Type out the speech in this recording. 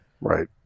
Right